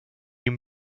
you